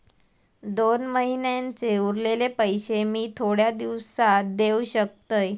दोन महिन्यांचे उरलेले पैशे मी थोड्या दिवसा देव शकतय?